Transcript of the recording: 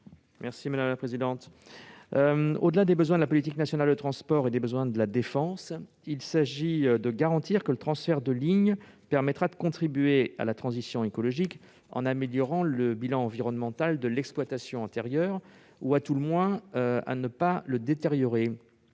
l'amendement n° 721. Au-delà des besoins de la politique nationale de transports et de ceux de la défense, il convient de garantir que le transfert de lignes permettra de contribuer à la transition écologique, en améliorant le bilan environnemental de l'exploitation antérieure, ou à tout le moins en ne détériorant